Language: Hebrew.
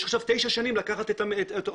יש עכשיו תשע שנים לקחת את המסעדה,